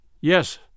Yes